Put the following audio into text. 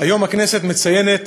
היום הכנסת מציינת